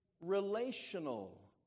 relational